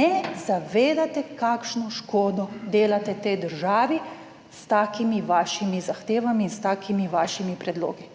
ne zavedate kakšno škodo delate tej državi s takimi vašimi zahtevami in s takimi vašimi predlogi.